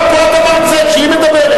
גם פה אתה מרצה, כשהיא מדברת?